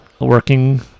working